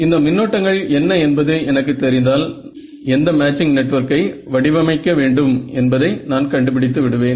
இந்த மின்னோட்டங்கள் என்ன என்பது எனக்குத் தெரிந்தால் எந்த மேட்சிங் நெட்வொர்க்கை வடிவமைக்க வேண்டும் என்பதை நான் கண்டுபிடித்து விடுவேன்